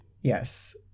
Yes